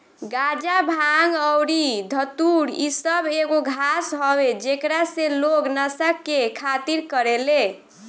गाजा, भांग अउरी धतूर इ सब एगो घास हवे जेकरा से लोग नशा के खातिर करेले